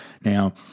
Now